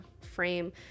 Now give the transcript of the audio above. frame